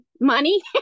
Money